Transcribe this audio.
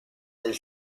del